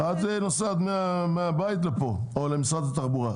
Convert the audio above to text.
את נוסעת מהבית לפה או למשרד התחבורה.